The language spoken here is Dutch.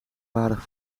waren